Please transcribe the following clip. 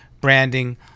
branding